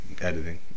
editing